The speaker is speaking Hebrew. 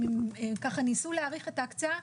אם הם ככה ניסו להעריך את ההקצאה.